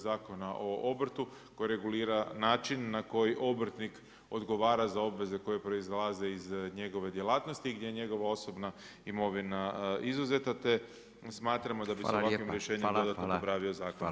Zakona o obrtu koje regulira način na koji obrtnik odgovara za obveze koje proizlaze iz njegove djelatnosti gdje je njegova osobna imovina izuzeta smatramo da bi se ovakvim rješenjem dodatno popravio zakon.